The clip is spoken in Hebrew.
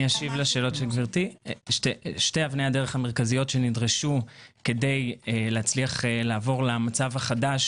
שתי אבני הדרך המרכזיות שנדרשו כדי להצליח לעבור למצב החדש